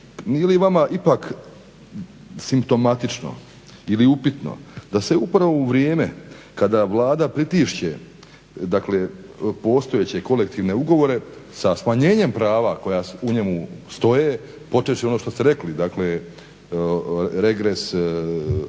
li vama ipak simptomatično, ili upitno da se upravo u vrijeme kada Vlada pritišće, dakle postojeće kolektivne ugovore sa smanjenjem prava koja u njemu stoje, počevši od onoga što ste rekli. Dakle regres,